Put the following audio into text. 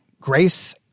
grace